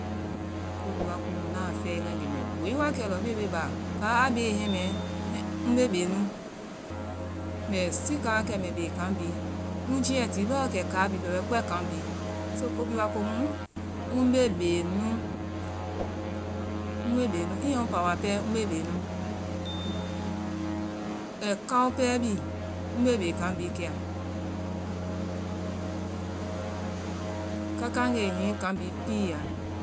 Ko bhii wa waa komu na fɛlɛlee mbɛ boi wa kɛ a la lɔ bee bee ba kala bee hɛmɛɛ mbe bee nu- mbɛ sika wa ke mbɛ bee kan bihi ŋ jii al ti bɔɔ kɛ kala bihi bɛ wɛ kan bihi so ko bihi wa komu ŋ bee bee nu, ŋ bee bee nu. I yɛn pawa pɛɛ, mbɛ bee nu ai kao pɛɛ bi mbɛɛ bee kan bihi kiya kaka ngee hihi kan bihi piiya.